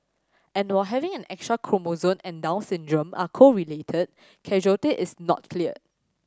and while having an extra chromosome and Down syndrome are correlated causality is not clear